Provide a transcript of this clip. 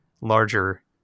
larger